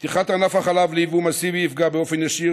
פתיחת ענף החלב לייבוא מסיבי יפגע באופן ישיר